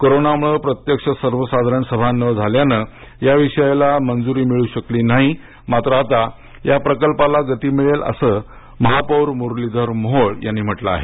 कोरोनामूळे प्रत्यक्ष सर्वसाधारण सभा न झाल्याने या विषयाला मंजुरी मिळू शकली नाही मात्र आता या प्रकल्पाला गती मिळेल असे महापौर मुरलीधर मोहोळ मोहोळ यांनी म्हटले आहे